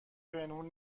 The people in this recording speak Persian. پنهون